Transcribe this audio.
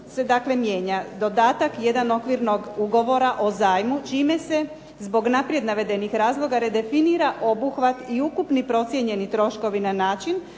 se dakle mijenja dodatak 1. Okvirnog ugovora o zajmu, čime se zbog naprijed navedenih razloga redefinira obuhvat i ukupni procijenjeni troškovi na način